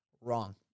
wrong